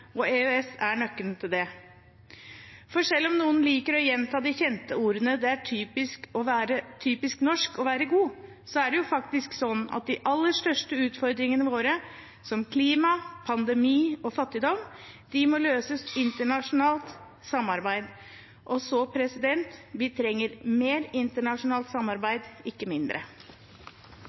og EØS er nøkkelen til det. For selv om noen liker å gjenta de kjente ordene «det er typisk norsk å være god», er det faktisk sånn at de aller største utfordringene våre, som klima, pandemi og fattigdom, må løses med internasjonalt samarbeid. Vi trenger mer internasjonalt samarbeid – ikke mindre.